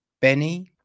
Benny